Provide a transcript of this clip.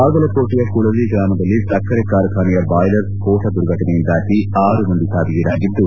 ಬಾಗಲಕೋಟೆಯ ಕುಳಲಿ ಗ್ರಾಮದಲ್ಲಿ ಸಕ್ಕರೆ ಕಾರ್ಖಾನೆಯ ಬಾಯ್ಲೆರ್ ಸ್ಕೋಟ ದುರ್ಘಟನೆಯಿಂದಾಗಿ ಆರು ಮಂದಿ ಸಾವಿಗೀಡಾಗಿದ್ದು